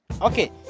okay